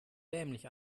dämlich